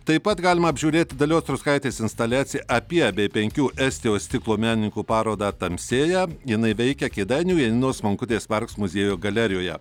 taip pat galima apžiūrėt dalios truskaitės instaliaciją apie bei penkių estijos stiklo menininkų parodą tamsėja jinai veikia kėdainių janinos monkutės marks muziejuje galerijoje